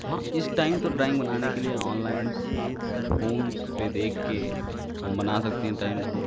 हाँ इस टाइम तो ड्राइंग बनाने के लिए ऑनलाइन फोन पर देख कर हम बना सकते हैं ड्राइंग को